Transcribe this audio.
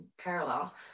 parallel